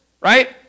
Right